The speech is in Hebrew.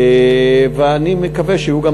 ואני מקווה שיהיו גם